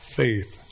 faith